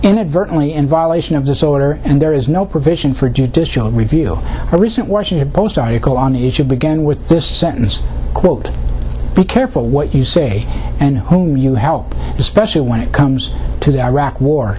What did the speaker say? inadvertently in violation of this order and there is no provision for judicial review a recent washington post article on each should begin with this sentence called be careful what you say and whom you help especially when it comes to the iraq war